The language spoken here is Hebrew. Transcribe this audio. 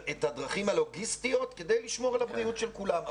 הדרכים הלוגיסטיות כדי לשמור על הבריאות של כולם.